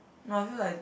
no I feel like